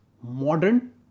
modern